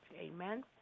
Amen